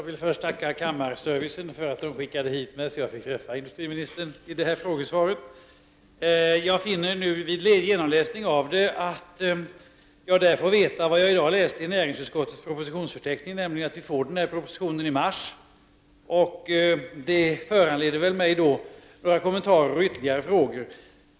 Herr talman! Av industriministerns svar får jag veta vad jag redan har läst i näringsutskottets propositionsförteckning, nämligen att den här propositionen kommer i mars. Det föranleder mig att göra några kommentarer och komma med ytterligare frågor.